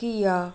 ਘੀਆ